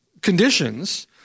conditions